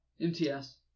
MTS